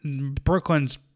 Brooklyn's